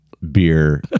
beer